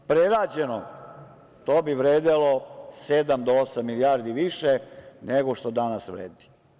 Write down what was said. Prerađeno to bi vredelo sedam do osam milijardi više nego što danas vredi.